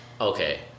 okay